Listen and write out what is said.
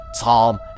Tom